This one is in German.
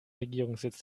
regierungssitz